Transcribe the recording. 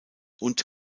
und